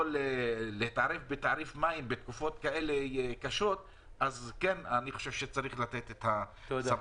לקבוע תעריפים בתקופות קשות כאלה אז צריך לתת סמכות.